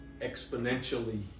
exponentially